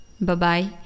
bye-bye